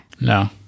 no